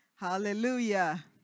hallelujah